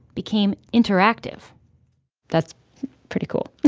became interactive that's pretty cool.